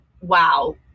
wow